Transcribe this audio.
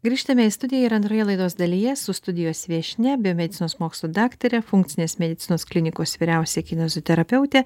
grįžtame į studiją ir antroje laidos dalyje su studijos viešnia biomedicinos mokslų daktare funkcinės medicinos klinikos vyriausia kineziterapeute